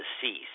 cease